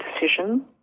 decision